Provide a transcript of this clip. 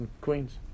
Queens